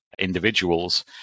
individuals